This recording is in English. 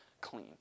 clean